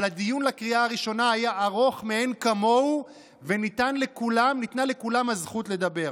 אבל הדיון לקריאה הראשונה היה ארוך מאין-כמוהו וניתנה לכולם הזכות לדבר.